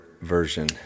version